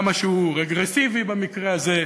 כמה שהוא רגרסיבי במקרה הזה,